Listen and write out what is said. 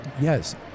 Yes